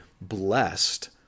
blessed